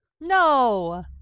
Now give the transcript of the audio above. No